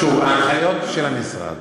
שוב, ההנחיות של המשרד